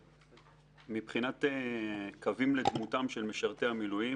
מבחינת קווים לדמותם של משרתי המילואים